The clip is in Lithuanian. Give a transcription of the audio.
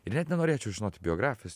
ir net nenorėčiau žinoti biografijos